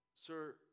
Sir